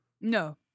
No